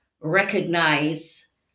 recognize